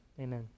amen